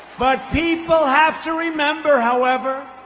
but people have to remember, however,